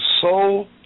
soul